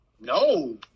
no